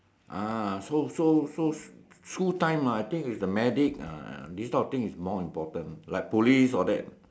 ah so so so school time ah I think is the medic uh uh this type of thing is more important like police all that